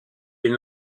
est